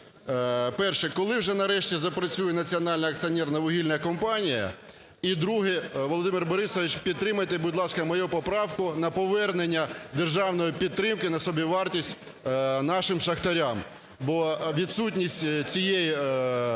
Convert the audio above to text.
Перше, коли вже, нарешті, запрацює Національна акціонерна вугільна компанія? І друге, Володимир Борисович, підтримайте, будь ласка, мою поправку на повернення державної підтримки на собівартість нашим шахтарям, бо відсутність цієї програми